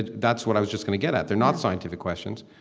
that's what i was just going to get at. they're not scientific questions.